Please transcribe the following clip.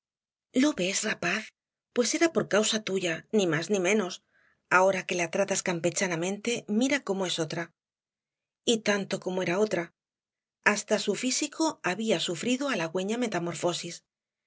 lo ves rapaz pues era por causa tuya ni más ni menos ahora que la tratas campechanamente mira cómo es otra y tanto como era otra hasta su físico había sufrido halagüeña metamorfosis